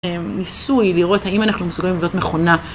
ניסוי לראות האם אנחנו מסוגלים לבנות מכונה.